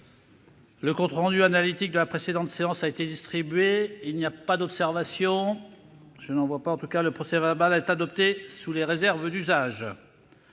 Le compte rendu analytique de la précédente séance a été distribué. Il n'y a pas d'observation ?... Le procès-verbal est adopté sous les réserves d'usage.